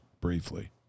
briefly